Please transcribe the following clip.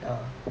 yeah